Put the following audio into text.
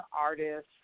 artists